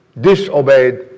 disobeyed